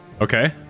Okay